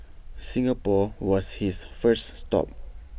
Singapore was his first stop